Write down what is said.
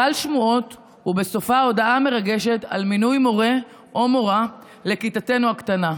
גל שמועות ובסופו הודעה מרגשת על מינוי מורה או מורה לכיתתנו הקטנה.